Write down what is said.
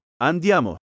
andiamo